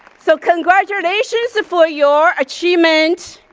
so congratulations for your achievement,